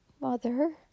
mother